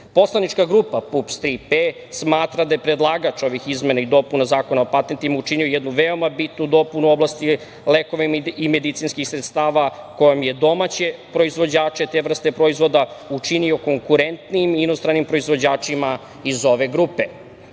patentu. Poslanička grupa PUPS „Tri P“ smatra da je predlagač ovih izmena i dopuna Zakona o patentima učinio jednu veoma bitnu dopunu u oblasti lekova i medicinskih sredstava kojim je domaćem proizvođače te vrste proizvoda učinio konkurentnijim inostranim proizvođačima iz ove grupe. Naime,